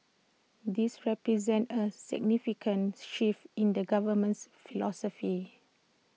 this represents A significant shift in the government's philosophy